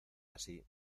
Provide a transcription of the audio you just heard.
así